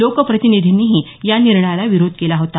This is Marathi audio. लोकप्रतिनिधींनीही या निर्णयाला विरोध केला होता